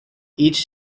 each